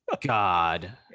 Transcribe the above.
god